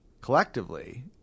collectively